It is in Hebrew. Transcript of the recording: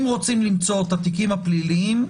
אם רוצים למצוא את התיקים הפליליים,